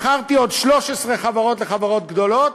מכרתי עוד 13 חברות לחברות גדולות,